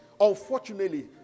Unfortunately